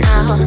Now